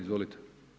Izvolite.